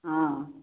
ହଁ